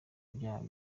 ibyaha